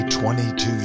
22